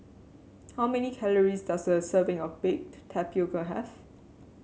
how many calories does a serving of Baked Tapioca have